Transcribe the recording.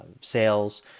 sales